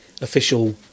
official